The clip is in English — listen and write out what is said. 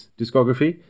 discography